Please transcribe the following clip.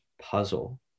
puzzle